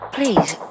Please